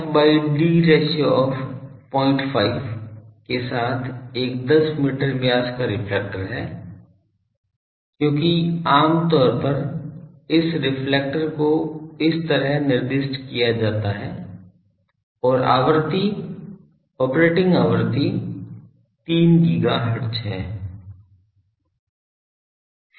f by d ratio of 05 के साथ एक 10 मीटर व्यास का रिफ्लेक्टर है क्योंकि आम तौर पर इस रिफ्लेक्टर को इस तरह निर्दिष्ट किया जाता है और आवृत्ति ऑपरेटिंग आवृत्ति 3 GHz है